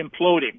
imploding